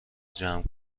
جمع